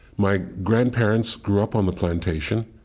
my grandparents grew up on the plantation,